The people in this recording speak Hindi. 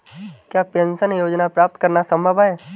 क्या पेंशन योजना प्राप्त करना संभव है?